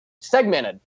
segmented